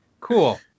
cool